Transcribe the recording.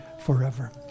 forever